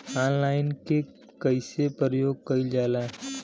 Online के कइसे प्रयोग कइल जाला?